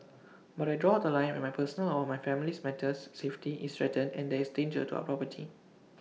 but I draw The Line when my personal or family's safety is threatened and there is danger to our property